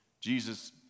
Jesus